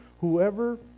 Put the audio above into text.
whoever